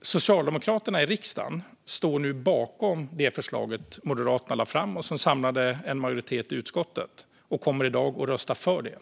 Socialdemokraterna i riksdagen står nu bakom det förslag som Moderaterna lade fram och som samlade en majoritet i utskottet. De kommer i dag att rösta för det.